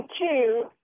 two